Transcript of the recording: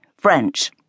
French